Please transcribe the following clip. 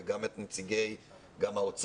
וגם את נציגי האוצר,